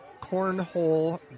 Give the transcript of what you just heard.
cornhole